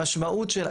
המשמעות שלה,